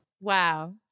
Wow